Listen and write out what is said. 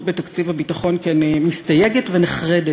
להשתלחות בתקציב הביטחון, כי אני מסתייגת ונחרדת